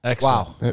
Wow